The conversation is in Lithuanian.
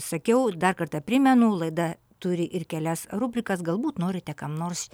sakiau dar kartą primenu laida turi ir kelias rubrikas galbūt norite kam nors